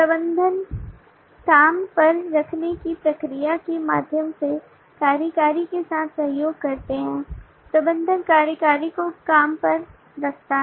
प्रबंधक काम पर रखने की प्रक्रिया के माध्यम से कार्यकारी के साथ सहयोग करते हैं प्रबंधक कार्यकारिणी को काम पर रखता है